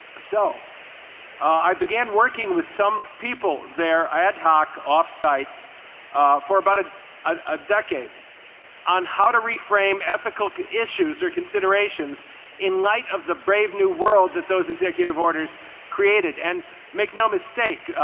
so i began working with some people there ad hoc off-site for about a ah decade on how to reframe ethical issues or considerations in light of the brave new world that those executive orders created. and make no mistake,